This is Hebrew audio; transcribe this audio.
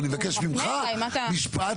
ואני מבקש ממך משפט